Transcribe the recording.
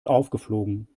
aufgeflogen